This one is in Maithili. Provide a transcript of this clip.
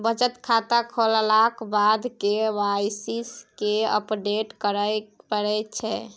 बचत खाता खोललाक बाद के वाइ सी केँ अपडेट करय परै छै